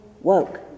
woke